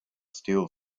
still